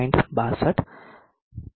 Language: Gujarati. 62 0